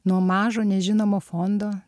nuo mažo nežinomo fondo